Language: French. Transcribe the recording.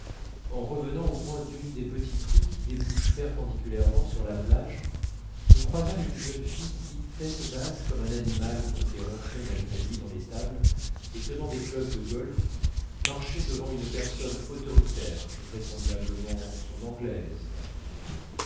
en revenant au coin d'une des petites rues qui débouchent perpendiculairement sur la plage nous croisâmes une jeune fille qui tête basse comme un animal qu'on fait rentrer malgré lui dans l'étable et tenant des clubs de golf marchait devant une personne autoritaire vraisemblablement son anglaise